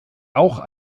auch